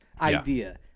idea